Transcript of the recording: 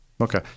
Okay